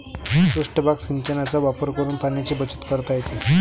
पृष्ठभाग सिंचनाचा वापर करून पाण्याची बचत करता येते